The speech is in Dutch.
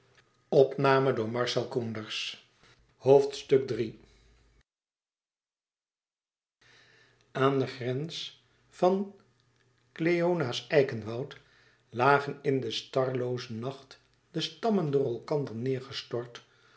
aan den grens van kleonæ's eikenwoud lagen in de starlooze nacht de stammen door elkander neêr